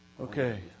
Okay